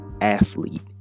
athlete